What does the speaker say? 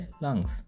lungs